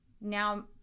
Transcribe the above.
now